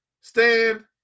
stand